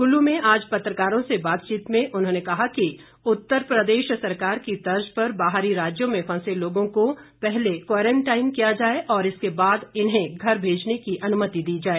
कुल्लू में आज पत्रकारों से बातचीत में उन्होंने कहा कि उत्तर प्रदेश सरकार की तर्ज पर बाहरी राज्यों में फंसे लोगों को पहले क्वारंटाइन किया जाए और इसके बाद इन्हें घर भेजने की अनुमति दी जाए